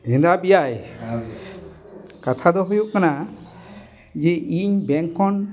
ᱦᱮᱸᱫᱟ ᱵᱮᱭᱟᱭ ᱠᱟᱛᱷᱟ ᱫᱚ ᱦᱩᱭᱩᱜ ᱠᱟᱱᱟ ᱡᱮ ᱤᱧ ᱵᱮᱝᱠ ᱠᱷᱚᱱ